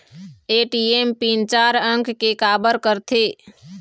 ATM pin चार अंक के का बर करथे?